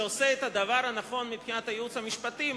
שעושה את הדבר הנכון מבחינת הייעוץ המשפטי.